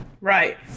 Right